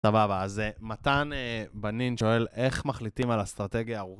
סבבה, אז מתן בנין שואל, איך מחליטים על אסטרטגיה?